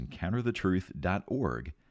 EncounterTheTruth.org